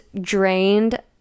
drained